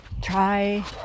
Try